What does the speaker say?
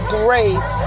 grace